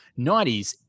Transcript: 90s